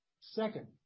Second